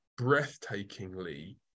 breathtakingly